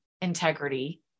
integrity